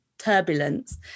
turbulence